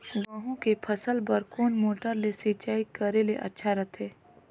गहूं के फसल बार कोन मोटर ले सिंचाई करे ले अच्छा रथे?